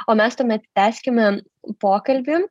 o mes tuomet tęskime pokalbį